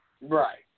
Right